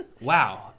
wow